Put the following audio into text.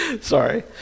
sorry